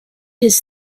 his